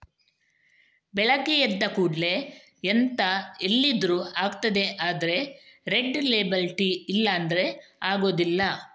ಬೆಳಗ್ಗೆ ಎದ್ದ ಕೂಡ್ಲೇ ಎಂತ ಇಲ್ದಿದ್ರೂ ಆಗ್ತದೆ ಆದ್ರೆ ರೆಡ್ ಲೇಬಲ್ ಟೀ ಇಲ್ಲ ಅಂದ್ರೆ ಆಗುದಿಲ್ಲ